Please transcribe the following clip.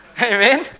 Amen